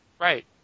right